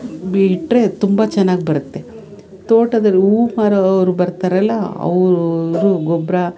ಬಿಟ್ರೆ ತುಂಬ ಚೆನ್ನಾಗಿ ಬರುತ್ತೆ ತೋಟದಲ್ಲಿ ಹೂ ಮಾರೋವ್ರು ಬರ್ತಾರಲ್ಲ ಅವರವ್ರು ಗೊಬ್ರ